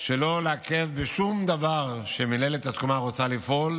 שלא לעכב בשום דבר שמינהלת תקומה רוצה לפעול,